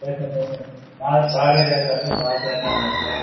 లేదు సార్ లేదు సార్ బాగా బాగానే చదువుతాడు సర్ బాగా చేస్తున్నాడు సార్